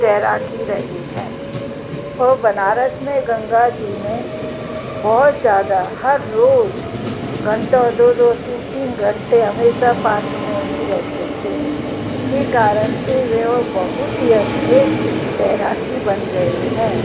तैराकी रहे हैं हो बनारस में गंगा जी में बहुत ज़्यादा हर रोज़ घंटों दो दो तीन तीन घंटे हमेशा पानी में ही रहते थे इसी कारण से वे वह बहुत ही अच्छे तैराकी बन गए हैं